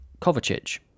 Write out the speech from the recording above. Kovacic